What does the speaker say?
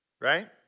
Right